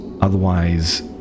Otherwise